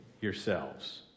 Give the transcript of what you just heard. yourselves